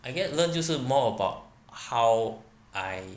I think I learn 就是 more about how I